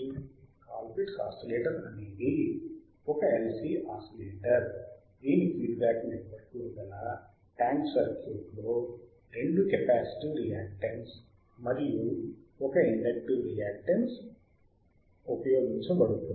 call pits oscillator అనేది ఒక LC oscillator దీని ఫీడ్బ్యాక్ నెట్వర్క్లో గల రెండు ట్యాంక్ సర్క్యూట్లో రెండు కెపాసిటివ్ రియాక్టేన్స్ మరియు ఒక ఇండక్టివ్ రియాక్టేన్స్ ఉపయోగించబడుతుంది